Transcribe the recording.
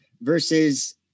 versus